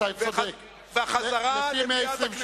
וחזרה למליאת הכנסת.